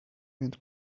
and